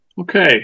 Okay